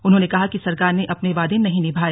उन्होंने कहा कि सरकार ने अपने वादे नहीं निभाए